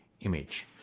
image